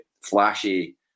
flashy